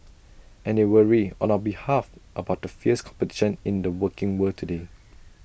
and they worry on our behalf about the fierce competition in the working world today